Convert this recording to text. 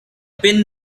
pin